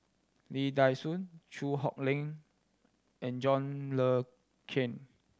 Lee Dai Soh Chew Hock Leong and John Le Cain